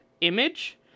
image